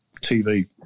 TV